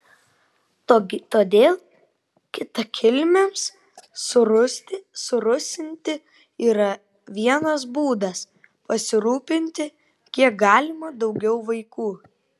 todėl kitakilmiams surusinti yra vienas būdas pasirūpinti kiek galima daugiau vaikų